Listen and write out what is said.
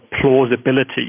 plausibility